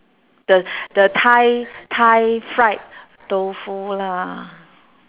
the the thai thai fried tofu lah